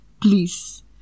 please